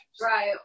Right